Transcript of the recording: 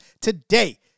today